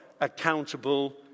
accountable